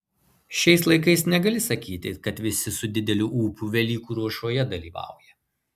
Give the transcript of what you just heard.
šiais laikais negali sakyti kad visi su dideliu ūpu velykų ruošoje dalyvauja